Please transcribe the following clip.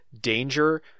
danger